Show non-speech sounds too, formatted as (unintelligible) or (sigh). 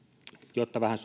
jotta vähän (unintelligible)